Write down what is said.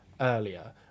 earlier